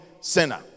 sinner